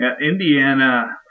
Indiana